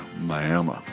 Miami